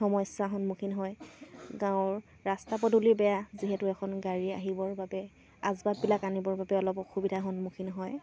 সমস্যাৰ সন্মুখীন হয় গাঁৱৰ ৰাস্তা পদূলি বেয়া যিহেতু এখন গাড়ী আহিবৰ বাবে আচবাববিলাক আনিবৰ বাবে অলপ অসুবিধাৰ সন্মুখীন হয়